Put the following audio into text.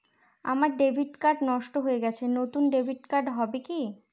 আমার debit card নষ্ট হয়ে গেছে নূতন ডেবিট কার্ড হবে কি?